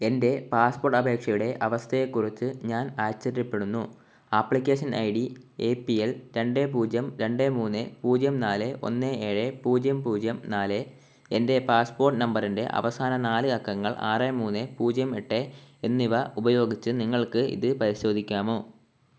എൻ്റെ പാസ്പോർട്ട് അപേക്ഷയുടെ അവസ്ഥയെക്കുറിച്ച് ഞാൻ ആശ്ചര്യപ്പെടുന്നു application I D A P L രണ്ട് പൂജ്യം രണ്ട് മൂന്ന് പൂജ്യം നാല് ഒന്ന് ഏഴ് പൂജ്യം പൂജ്യം നാല് എൻ്റെ പാസ്പോർട്ട് നമ്പറിൻ്റെ അവസാന നാല് അക്കങ്ങൾ ആറ് മൂന്ന് പൂജ്യം എട്ട് എന്നിവ ഉപയോഗിച്ച് നിങ്ങൾക്ക് ഇത് പരിശോധിക്കാമോ